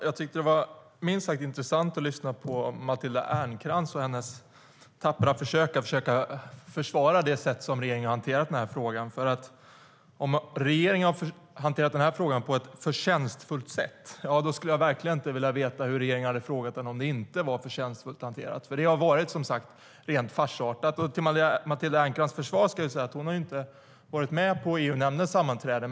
Herr talman! Det var minst sagt intressant att lyssna på Matilda Ernkrans och hennes tappra försök att försvara det sätt på vilket regeringen har hanterat frågan. Om regeringen har hanterat den här frågan på ett förtjänstfullt sätt skulle jag verkligen inte vilja veta hur regeringen hade hanterat den om sättet inte var förtjänstfullt. Det har som sagt varit rent farsartat. Till Matilda Ernkrans försvar ska jag säga att hon inte har varit med på EU-nämndens sammanträden.